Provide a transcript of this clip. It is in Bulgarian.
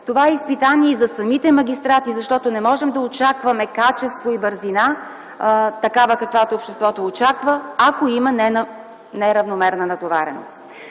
Това е изпитание и за самите магистрати, защото не можем да очакваме качество и бързина, такава каквато обществото очаква, ако има неравномерна натовареност.